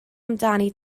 amdani